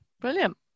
Brilliant